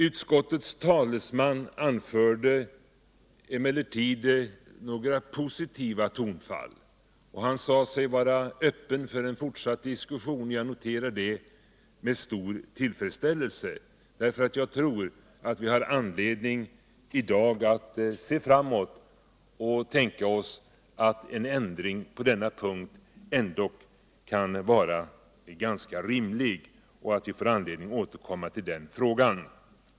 Utskottets talesman anförde emellertid några positiva saker, och han sade sig vara Öppen för en fortsatt diskussion. Jag noterar det med stor tillfredställelse därför att jag tror att vii dag har anledning att se framåt, tänka oss alt en ändring på den här punkten ändå kan vara ganska rimlig och att vi får anledning att återkomma till frågan.